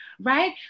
right